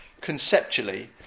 conceptually